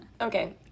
Okay